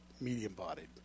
medium-bodied